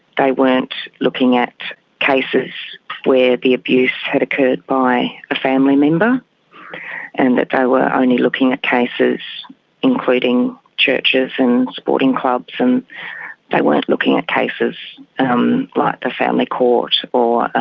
they weren't looking at cases where the abuse had occurred by a family member and that they were only looking at cases including churches and sporting clubs and they weren't looking at cases um like the family court or